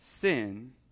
sin